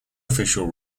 official